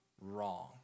wrong